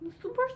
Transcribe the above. super